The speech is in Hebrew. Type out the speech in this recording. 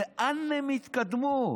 לאן הם יתקדמו?